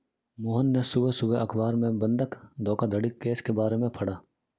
मोहन ने सुबह सुबह अखबार में बंधक धोखाधड़ी केस के बारे में पढ़ा